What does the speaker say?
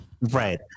Right